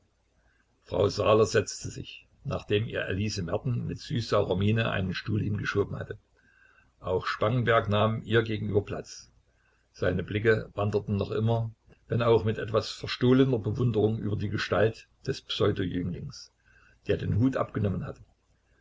frau saaler setzte sich nachdem ihr elise merten mit süßsaurer miene einen stuhl hingeschoben hatte auch spangenberg nahm ihr gegenüber platz seine blicke wanderten noch immer wenn auch mit etwas verstohlener bewunderung über die gestalt des pseudo jünglings der den hut abgenommen hatte